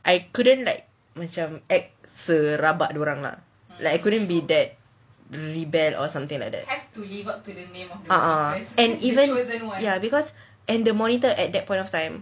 I couldn't like macam act serabak dorang lah like I couldn't be that rebel or something like that ya and even because and the monitor at that point of time